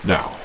Now